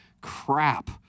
Crap